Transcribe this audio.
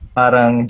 parang